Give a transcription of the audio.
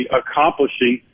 accomplishing